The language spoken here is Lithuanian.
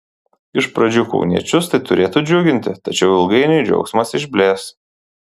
iš pradžių kauniečius tai turėtų džiuginti tačiau ilgainiui džiaugsmas išblės